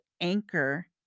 anchor